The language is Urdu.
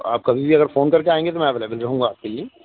آپ کبھی بھی اگر فون کر کے آئیں گے تو میں اویلیبل رہوں گا آپ کے لیے